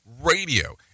radio